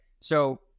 So-